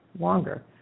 longer